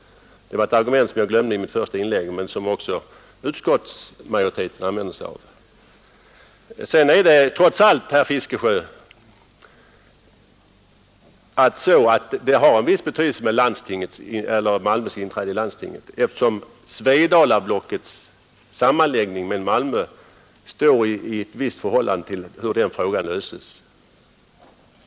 Det var ett argument som jag glömde i mitt första inlägg men som också utskottsmajoriteten har använt sig av. Sedan är det trots allt så, herr Fiskesjö, att Malmös inträde i landstinget har en viss betydelse eftersom Svedalablockets sammanläggning med Malmö står i visst förhållande till hur den frågan löses.